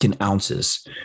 ounces